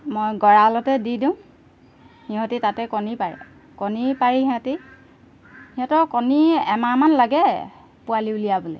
মই গঁড়ালতে দি দিওঁ সিহঁতে তাতে কণী পাৰে কণী পাৰি সিহঁতে সিহঁতৰ কণী এমাহমান লাগে পোৱালি উলিয়াবলৈ